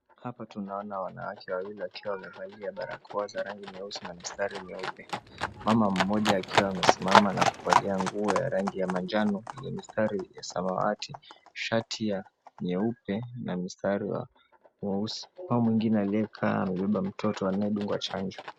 Hapa tunaona wanawake wawili wakiwa wamevalia barakoa za rangi nyeusi na mistari meupe. Mama mmoja akiwa amesimama na kuvalia nguo ya rangi ya manjano na mistari ya samawati, shati ya nyeupe na mistari ya nyeusi. Mama mwingine aliyekaa na mtoto aliyedungwa chanjo.